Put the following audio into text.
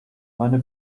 meine